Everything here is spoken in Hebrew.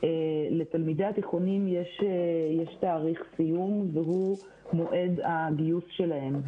לתלמידי התיכון יש תאריך סיום והוא מועד הגיוס שלהם.